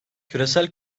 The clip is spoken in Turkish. küresel